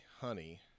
honey